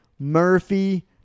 Murphy